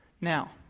Now